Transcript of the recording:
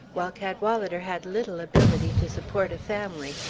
while cadwalader had little ability to support a family,